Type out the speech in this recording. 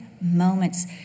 moments